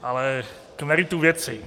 Ale k meritu věci.